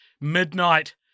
midnight